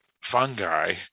fungi